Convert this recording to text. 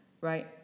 right